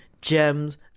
Gems